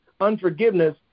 unforgiveness